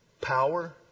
power